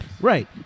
Right